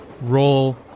Roll